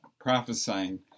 prophesying